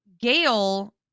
Gail